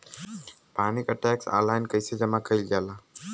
पानी क tax online कईसे जमा कईल जाला?